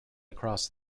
across